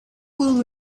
will